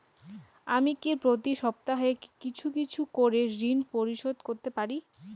আমি কি প্রতি সপ্তাহে কিছু কিছু করে ঋন পরিশোধ করতে পারি?